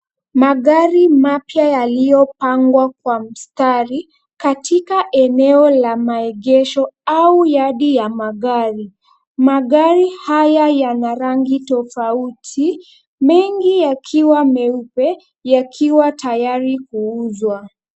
Magari mapya yaliyopangwa kwa mstari katika eneo la maegesho au yadi ya magari. Magari haya yana rangi tofauti, mengi yakiwa meupe yakiwa tayari kuuzwa.